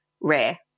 rare